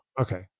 Okay